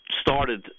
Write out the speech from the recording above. started